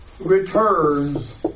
returns